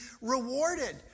rewarded